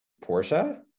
Portia